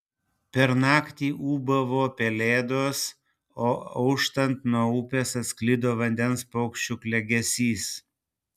per naktį ūbavo pelėdos o auštant nuo upės atsklido vandens paukščių klegesys